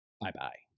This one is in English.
bye-bye